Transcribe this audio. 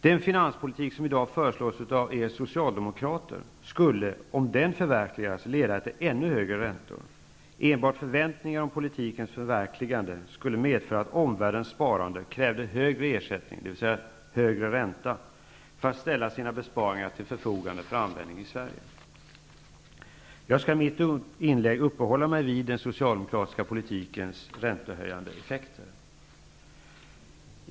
Den finanspolitik som i dag föreslås av er socialdemokrater skulle, om den förverkligades, leda till ännu högre räntor. Enbart förväntningar om politikens förverkligande skulle medföra att omvärldens sparare krävde högre ersättning, dvs. högre ränta, för att ställa sina besparingar till förfogande för användning i Sverige. Jag skall i mitt inlägg uppehålla mig vid den socialdemokratiska politikens räntehöjande effekter.